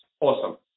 awesome